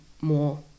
more